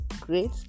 great